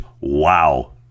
Wow